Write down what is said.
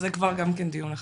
אבל זה כבר גם כן דיון אחר.